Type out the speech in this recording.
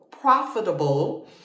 profitable